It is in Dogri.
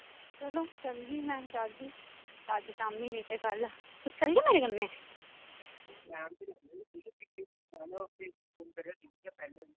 चलो चलगी में जाह्गी अज्ज शाम्मी नेईं तां कल्ल तुस चलगे मेरे कन्नै